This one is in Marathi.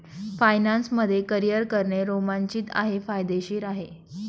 फायनान्स मध्ये करियर करणे रोमांचित आणि फायदेशीर आहे